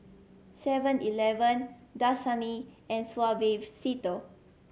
Seven Eleven Dasani and Suavecito